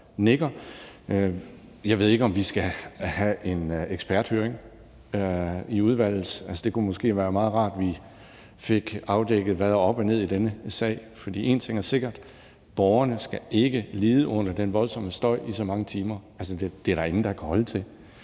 nikker. Jeg ved ikke, om vi skal have en eksperthøring i udvalget. Det kunne måske være meget rart, at vi fik afdækket, hvad der er op og ned i denne sag. For én ting er sikker: Borgerne skal ikke lide under den voldsomme støj i så mange timer. Det er der ingen, der kan holde til.